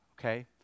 okay